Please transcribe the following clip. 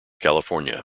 california